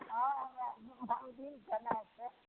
हँ हमरा रामदीन जेनाइ छै